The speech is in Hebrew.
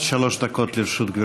עד שלוש דקות לרשות גברתי.